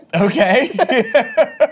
Okay